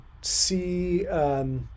see